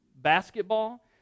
basketball